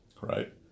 right